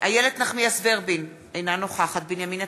איילת נחמיאס ורבין, אינה נוכחת בנימין נתניהו,